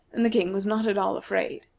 and the king was not at all afraid.